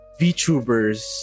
VTubers